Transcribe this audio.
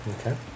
Okay